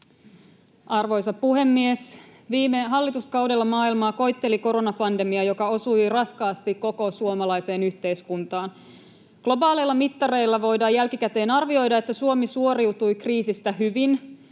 Arvoisa puhemies! Viime hallituskaudella maailmaa koetteli koronapandemia, joka osui raskaasti koko suomalaiseen yhteiskuntaan. Globaaleilla mittareilla voidaan jälkikäteen arvioida, että Suomi suoriutui kriisistä hyvin,